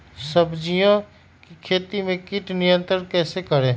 सब्जियों की खेती में कीट नियंत्रण कैसे करें?